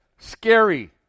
Scary